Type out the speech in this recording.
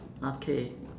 okay